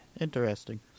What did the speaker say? Interesting